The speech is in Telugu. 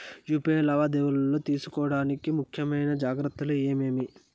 యు.పి.ఐ లావాదేవీలలో తీసుకోవాల్సిన ముఖ్యమైన జాగ్రత్తలు ఏమేమీ?